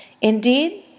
Indeed